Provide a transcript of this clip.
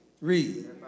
Read